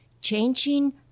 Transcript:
changing